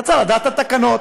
אתה צריך לדעת את התקנות,